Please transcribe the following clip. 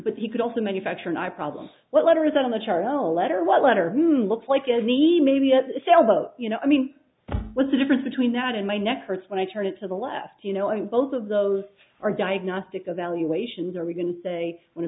but you could also manufacture an eye problem what letter is on the chart on a letter what letter moon looks like in the maybe a sailboat you know i mean what's the difference between that and my neck hurts when i turn it to the left you know and both of those are diagnostic of valuations are we going to say when a